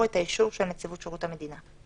את האישור של נציבות שירות המדינה.